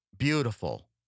Beautiful